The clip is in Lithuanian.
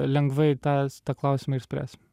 lengvai tas tą klausimą išspręs